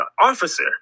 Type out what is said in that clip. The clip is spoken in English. officer